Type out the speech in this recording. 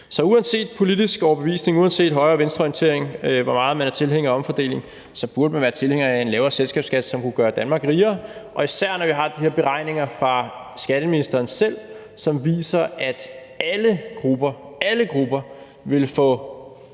Så uanset politisk overbevisning, uanset højre- og venstreorientering, hvor meget man er tilhænger af omfordeling, burde man være tilhænger af en lavere selskabsskat, som kunne gøre Danmark rigere, og især når vi har de her beregninger fra skatteministeren selv, som viser, at alle grupper – alle grupper – ville få